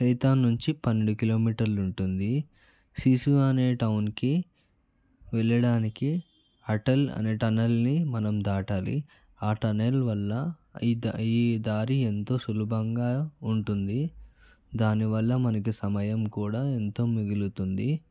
సేతాన్ నుంచి పన్నెండు కిలోమీటర్లు ఉంటుంది సిసు అనే టౌన్కి వెళ్ళడానికి అటల్ అనే టర్నల్ని మనం దాటాలి ఆ టర్నల్ వల్ల అయిత ఈ దారి ఎంతో సులభంగా ఉంటుంది దానివల్ల మనకి సమయం కూడా ఎంతో మిగులుతుంది